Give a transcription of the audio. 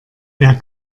wer